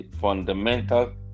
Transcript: fundamental